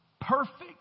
perfect